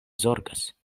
zorgas